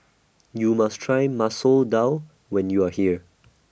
YOU must Try Masoor Dal when YOU Are here